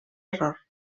error